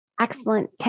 Excellent